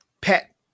pet